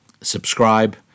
Subscribe